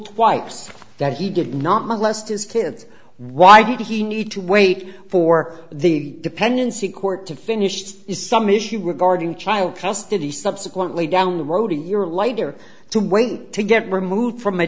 twice that he did not molest his kids why did he need to wait for the dependency court to finish is some issue regarding child custody subsequently down the road a year lighter to wait to get removed from a